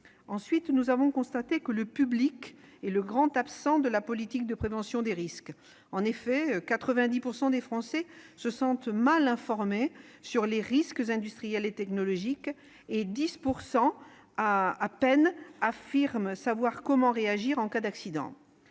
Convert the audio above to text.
Ensuite, nous avons constaté que le public est le grand absent de la politique de prévention des risques : 90 % des Français se sentent mal informés sur les risques industriels et technologiques et 10 % à peine affirment savoir comment réagir en cas d'accident.